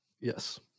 Yes